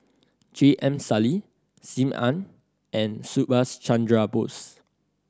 J M Sali Sim Ann and Subhas Chandra Bose